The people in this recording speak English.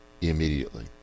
immediately